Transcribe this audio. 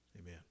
Amen